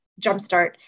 Jumpstart